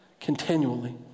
continually